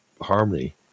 harmony